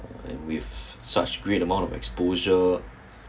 uh with such great amount of exposure